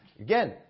Again